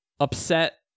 upset